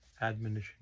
Admonition